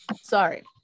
Sorry